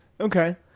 Okay